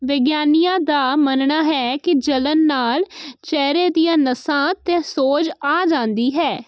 ਵਿਗਿਆਨੀਆਂ ਦਾ ਮੰਨਣਾ ਹੈ ਕਿ ਜਲਣ ਨਾਲ ਚਿਹਰੇ ਦੀਆਂ ਨਸਾਂ 'ਤੇ ਸੋਜ ਆ ਜਾਂਦੀ ਹੈ